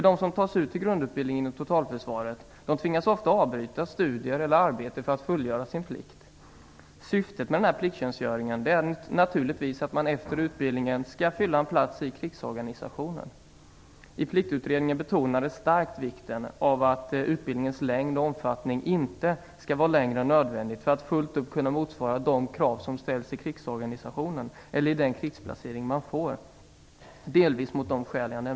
De som tas ut till grundutbildning inom totalförsvaret tvingas ofta avbryta studier eller arbete för att fullgöra sin plikt. Syftet med plikttjänstgöringen är naturligtvis att man efter utbildningen skall fylla en plats i krigsorganisationen. I pliktutredningen betonades starkt vikten av att utbildningen inte skall vara längre eller mer omfattande än nödvändigt för att fullt upp motsvara de krav som ställs i krigsorganisationen eller i den krigsplacering man får.